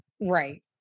Right